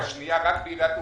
בעיריית ירושלים,